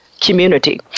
community